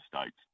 states